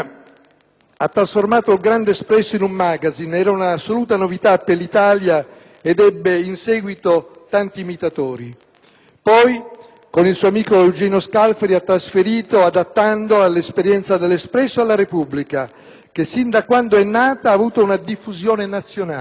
ha trasformato il grande «Espresso» in un *magazine*: era un'assoluta novità per l'Italia ed ebbe in seguito tanto imitatori. Poi con il suo amico Eugenio Scalfari ha trasferito, adattandola, l'esperienza de «L'Espresso» a «la Repubblica», che sin da quando è nata ha avuto una diffusione nazionale,